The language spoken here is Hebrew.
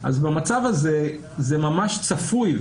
אז במצב הזה זה ממש צפוי,